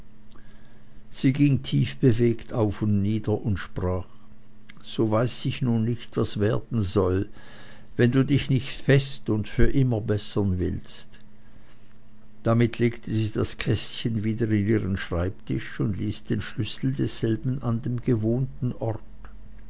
sie ging tiefbewegt auf und nieder und sprach so weiß ich nun nicht was werden soll wenn du dich nicht fest und für immer bessern willst damit legte sie das kästchen wieder in ihren schreibtisch und ließ den schlüssel desselben an dem gewohnten ort